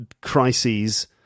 crises